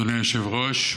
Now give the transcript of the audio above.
אדוני היושב-ראש,